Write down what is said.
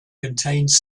contains